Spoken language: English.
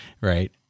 right